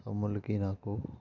తమ్ముళ్ళకి నాకు